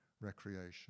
recreation